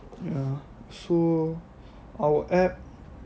ya so our app